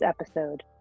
episode